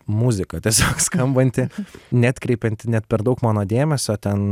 muzika tiesiog skambanti neatkreipianti net per daug mano dėmesio ten